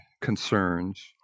concerns